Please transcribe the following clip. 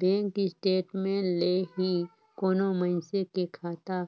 bank statement ले ही कोनो मइसने के खाता